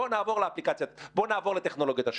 בוא נעבור לטכנולוגיית השב"כ.